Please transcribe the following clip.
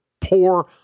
poor